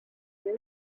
and